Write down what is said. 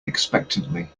expectantly